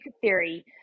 theory